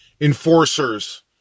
enforcers